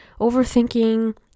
overthinking